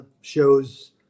shows